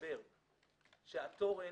מסתבר שהתורן